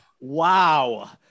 wow